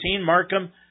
Markham